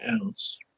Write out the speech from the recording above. else